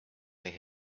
where